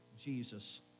Jesus